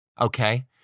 Okay